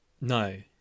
no